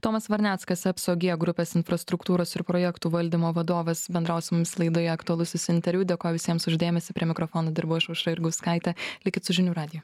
tomas varneckas epso g grupės infrastruktūros ir projektų valdymo vadovas bendravo su mums laidoje aktualusis interviu dėkoju visiems už dėmesį prie mikrofono dirbau aš aušra jurgauskaitė likit su žinių radiju